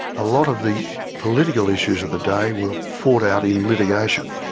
a lot of the political issues of the day were fought out in litigation.